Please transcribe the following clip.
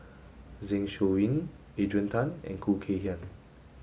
Zeng Shouyin Adrian Tan and Khoo Kay Hian